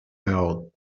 held